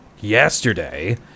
yesterday